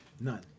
None